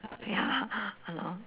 ya lah ya lor